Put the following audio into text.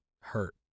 hurt